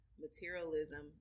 materialism